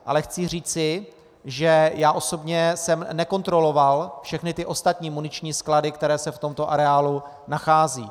Ale chci říci, že já osobně jsem nekontroloval všechny ostatní muniční sklady, které se v tomto areálu nacházejí.